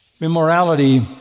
immorality